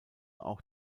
auch